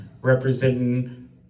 representing